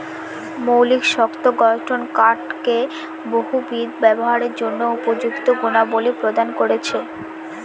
মৌলিক শক্ত গঠন কাঠকে বহুবিধ ব্যবহারের জন্য উপযুক্ত গুণাবলী প্রদান করেছে